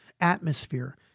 Atmosphere